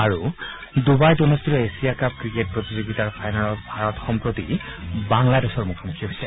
আৰু ডুবাইত অনুষ্ঠিত এছিয়া কাপ ক্ৰিকেট প্ৰতিযোগিতাৰ ফাইনেলত ভাৰত বাংলাদেশৰ মুখামুখি হৈছে